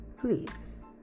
please